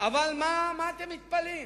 אבל מה אתם מתפלאים?